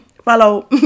follow